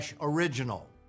original